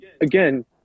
Again